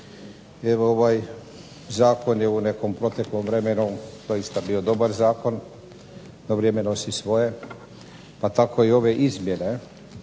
Evo ovaj zakon je u nekom proteklom vremenu doista bio dobar zakon. No, vrijeme nosi svoje, pa tako i ove izmjene